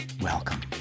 welcome